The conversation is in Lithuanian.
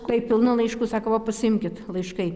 tai pilna laiškų sako va pasiimkit laiškai